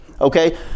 Okay